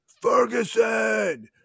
Ferguson